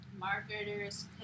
marketers